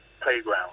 playground